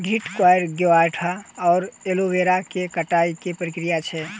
घृतक्वाइर, ग्यारपाठा वा एलोवेरा केँ कटाई केँ की प्रक्रिया छैक?